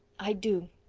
i do,